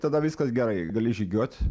tada viskas gerai gali žygiuot